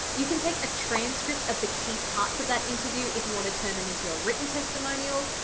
you can take a transcript of the key parts of that interview if you wanna turn them into a written testimonial,